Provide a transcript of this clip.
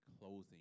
closing